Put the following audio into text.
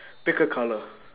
pick a colour